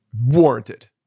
warranted